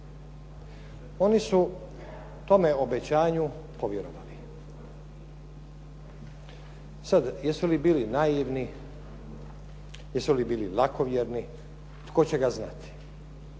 Oni su tome obećanju povjerovali. Sad jesu li bili naivni, jesu li bili lakovjerni tko će ga znati,